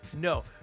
no